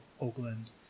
Oakland